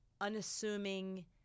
unassuming